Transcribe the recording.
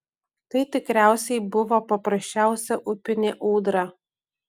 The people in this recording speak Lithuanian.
tai tikriausiai buvo paprasčiausia upinė ūdra